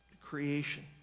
creation